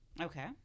Okay